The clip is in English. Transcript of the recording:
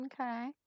Okay